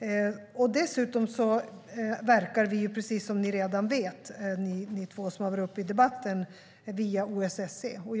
Utöver det verkar vi, precis som ni två som har varit uppe i debatten redan vet, via OSSE.